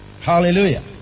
Hallelujah